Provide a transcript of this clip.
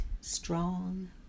strong